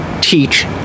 teach